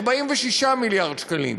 46 מיליארד שקלים.